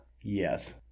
Yes